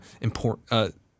important